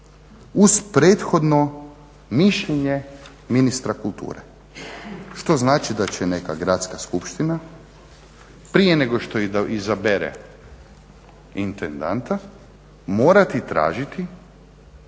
uz prethodno mišljenje ministra kulture, što znači da će neka gradska skupština prije nego što izabere intendanta morati tražiti